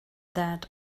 that